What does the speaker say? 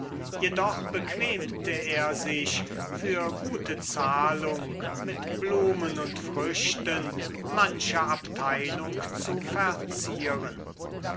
jedoch bequemte er sich für gute zahlung mit blumen und früchten manche abteilung zu verzieren